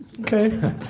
Okay